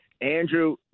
Andrew